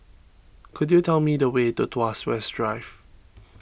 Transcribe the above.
could you tell me the way to Tuas West Drive